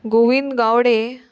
Govind Gawade